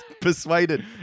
persuaded